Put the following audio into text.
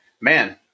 man